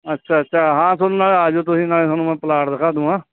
ਅੱਛਾ ਅੱਛਾ ਹਾਂ ਤੁਹਾਨੂੰ ਨਾਲੇ ਆ ਜਿਓ ਤੁਸੀਂ ਨਾਲੇ ਤੁਹਾਨੂੰ ਮੈਂ ਪਲਾਟ ਦਿਖਾ ਦੂੰਗਾ